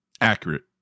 accurate